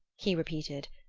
he repeated,